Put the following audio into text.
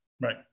Right